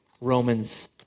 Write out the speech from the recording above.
Romans